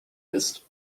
ist